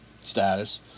Status